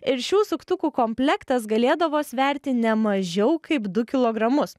ir šių suktukų komplektas galėdavo sverti ne mažiau kaip du kilogramus